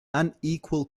unequal